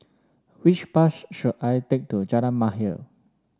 which bus should I take to Jalan Mahir